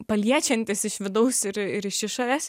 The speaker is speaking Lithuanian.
paliečiantis iš vidaus ir ir iš išorės